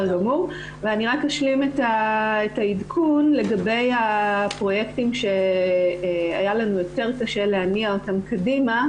אשלים את העדכון לגבי הפרויקטים שהיה לנו יותר קשה להניע אותם קדימה,